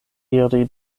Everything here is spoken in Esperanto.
iri